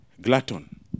glutton